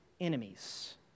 enemies